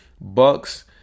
Bucks